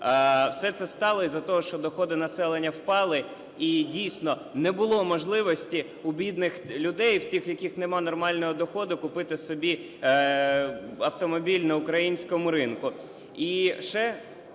Все це сталося із-за того, що доходи населення впали, і дійсно не було можливості у бідних людей, в тих, в яких нема нормального доходу, купити собі автомобіль на українському ринку.